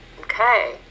Okay